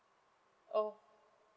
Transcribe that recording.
oh